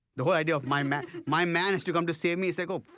the whole idea of my man my man has to come to save me, it's like oh,